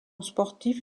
sportif